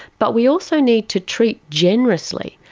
but we also need to treat generously,